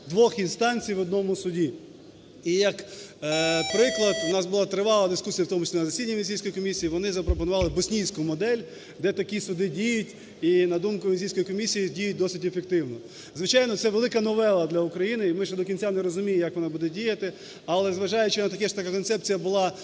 двох інстанцій в одному суді. І як приклад, у нас була тривала дискусія, в тому числі на засіданні Венеційської комісії, вони запропонували боснійську модель, де такі суди діють, і, на думку Венеційської комісії, діють досить ефективно. Звичайно, це велика новела для України, і ми ще до кінця не розуміємо, як вона буде діяти. Але, зважаючи на таке, що така концепція була